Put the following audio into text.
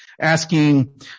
asking